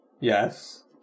Yes